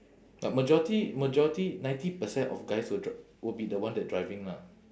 but majority majority ninety percent of guys will dri~ will be the one that driving lah